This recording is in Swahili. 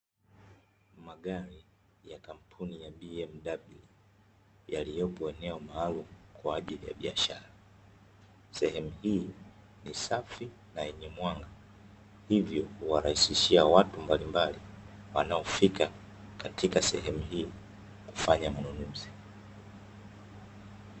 Magari ya kampuni ya BMW yaliyopo eneo maalumu kwa ajili ya biashara, sehemu hii ni safi na yenye mwanga hivyo huwarahisishia watu mbalimbali, wanaofika katika sehemu hiyo kufanya manunuzi.